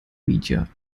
media